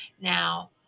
now